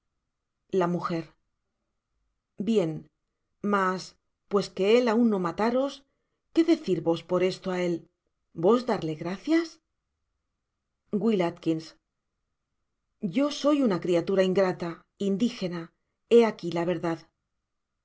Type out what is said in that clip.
la m bien mas pues que él aun no mataros qué decir vos por esto á él vos darle gracias w a yo soy una criatura ingrata indigena héaqui la verdad